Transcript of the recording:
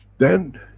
then,